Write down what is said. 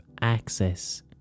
access